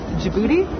Djibouti